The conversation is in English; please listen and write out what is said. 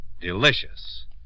delicious